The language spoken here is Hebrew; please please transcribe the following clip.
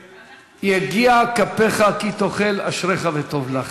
"יגיע כפיך כי תאכל אשריך וטוב לך".